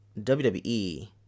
WWE